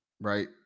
right